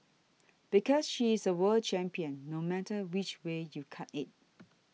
because she's a world champion no matter which way you cut it